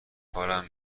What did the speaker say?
کارم